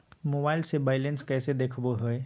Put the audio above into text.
Mobile से balance कैसे देखाबो है?